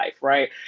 right